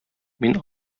мин